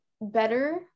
better